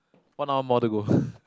one hour more to go